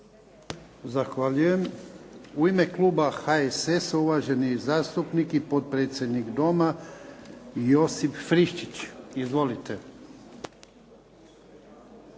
Zahvaljujem. U ime kluba HSS-a, uvaženi zastupnik i potpredsjednik Doma Josip Friščić. Izvolite.